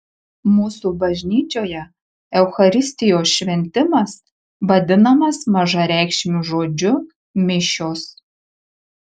mūsų bažnyčioje eucharistijos šventimas vadinamas mažareikšmiu žodžiu mišios